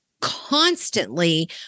constantly